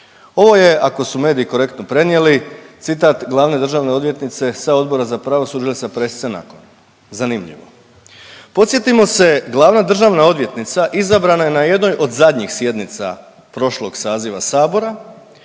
ovo je ako su mediji konkretno prenijeli citat glavne državne odvjetnice sa Odbora za pravosuđe sa pressice nakon. Zanimljivo. Podsjetimo se, glavna državna odvjetnica izabrana je na jednoj od zadnjih sjednica prošlog saziva Sabora